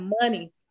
money